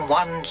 one